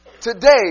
today